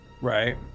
Right